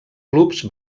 clubs